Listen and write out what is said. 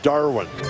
Darwin